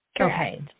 Okay